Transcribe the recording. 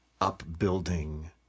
upbuilding